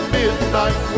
midnight